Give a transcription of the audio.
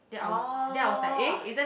oh